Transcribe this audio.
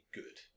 good